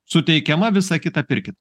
suteikiama visa kita pirkit